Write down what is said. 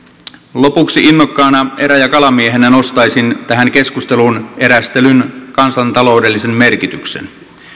lopuksi innokkaana erä ja kalamiehenä nostaisin tähän keskusteluun erästelyn kansantaloudellisen merkityksen